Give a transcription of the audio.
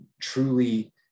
truly